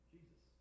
Jesus